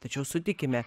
tačiau sutikime